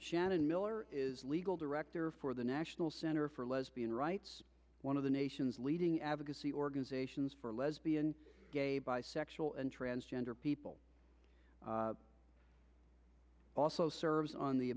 shannon miller is legal director for the national center for lesbian rights one of the nation's leading advocacy organizations for lesbian gay bisexual and transgender people also serves on the